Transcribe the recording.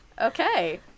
Okay